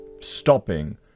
stopping